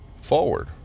forward